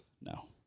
No